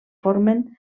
formen